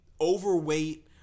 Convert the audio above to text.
overweight